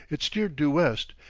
it steered due west,